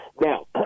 now